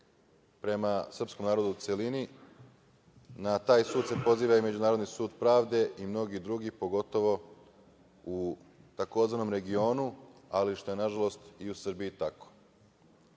prema srpskom narodu u celini? Na taj sud se poziva i Međunarodni sud pravde i mnogi drugi, pogotovo u tzv. regionu, ali, što je, nažalost, i u Srbiji